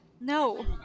No